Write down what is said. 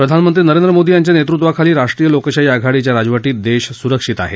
प्रधानमंत्री नरेंद्र मोदी यांच्या नेतृत्वाखाली राष्ट्रीय लोकशाही आघाडीच्या राजव ींत देश सुरक्षित आहे